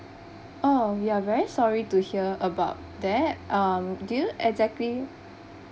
oh ya we're very sorry to hear about that um do you exactly